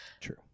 True